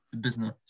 business